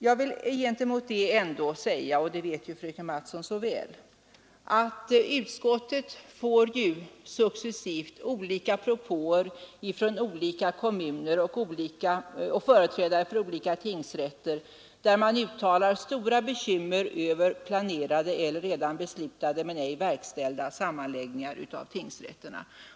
Jag vill gentemot det ändå framhålla — och det vet ju fröken Mattson så väl — att utskottet får successivt olika propåer från olika kommuner och företrädare 'för olika tingsrätter, där man uttalar stora bekymmer över planerade eller redan beslutade men ej verkställda sammanläggningar av tingsrätterna.